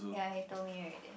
ya he told me already